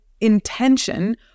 intention